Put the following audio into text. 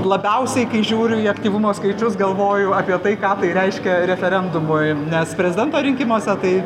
labiausiai kai žiūriu į aktyvumo skaičius galvoju apie tai ką tai reiškia referendumui nes prezidento rinkimuose tai